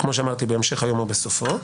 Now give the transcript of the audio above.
כמו שאמרתי, בהמשך היום או בסופו.